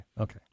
Okay